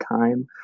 time